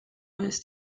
ist